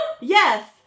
yes